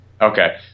Okay